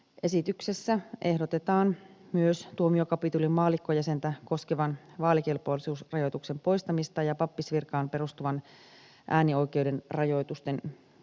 esityksessä ehdotetaan myös tuomiokapitulin maallikkojäsentä koskevan vaalikelpoisuusrajoituksen poistamista ja pappisvirkaan perustuvan äänioikeuden rajoitusten supistamista